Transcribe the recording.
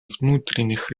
внутренних